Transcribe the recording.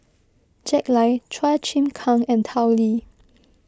Jack Lai Chua Chim Kang and Tao Li